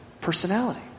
personality